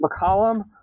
McCollum